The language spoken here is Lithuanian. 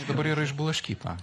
dabar yra išblaškyta